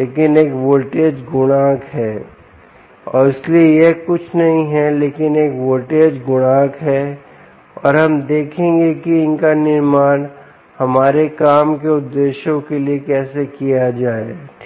लेकिन एक वोल्टेज गुणक है और इसलिए यह कुछ नहीं है लेकिन एक वोल्टेज गुणक और हम देखेंगे कि इनका निर्माण हमारे काम के उद्देश्यों के लिए कैसे किया जाए ठीक